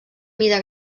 mida